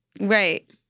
right